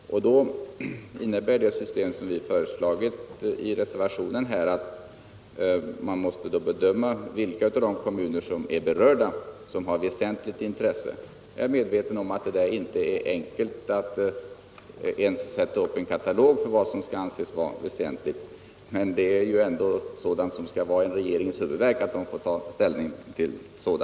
Det system som vi har föreslagit i centerreservationen innebär att man måste bedöma vilka av de kommuner som är berörda av utbyggnaden som har väsentligt intresse att bevaka. Jag är medveten om att det inte är enkelt att ens sätta upp en katalog över vad som skall anses väsentligt, men det är ju ändå sådant som skall vara en regerings huvudvärk att ta ställning till.